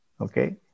Okay